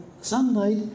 sunlight